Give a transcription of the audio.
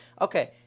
Okay